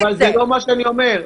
זה לא מה שאני אומר.